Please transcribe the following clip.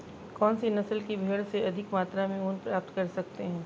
कौनसी नस्ल की भेड़ से अधिक मात्रा में ऊन प्राप्त कर सकते हैं?